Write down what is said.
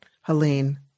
Helene